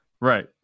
Right